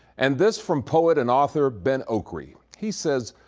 and this from poet and author ben oh, cree, he says.